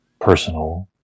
personal